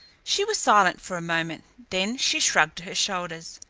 she was silent for a moment, then she shrugged her shoulders.